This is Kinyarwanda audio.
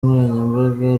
nkoranyambaga